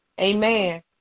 Amen